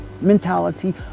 mentality